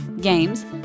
games